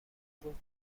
بود